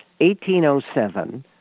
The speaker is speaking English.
1807